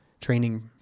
training